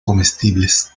comestibles